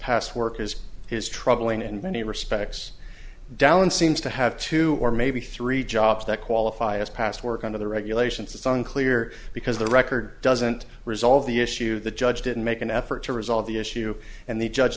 past work is his troubling in many respects dalin seems to have two or maybe three jobs that qualify as past work under the regulations it's unclear because the record doesn't resolve the issue the judge didn't make an effort to resolve the issue and the judge